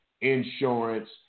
insurance